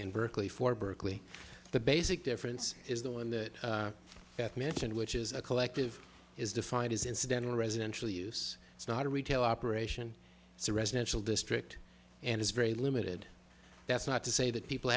in berkeley for berkeley the basic difference is the one that mentioned which is a collective is defined as incidental residential use it's not a retail operation it's a residential district and it's very limited that's not to say that people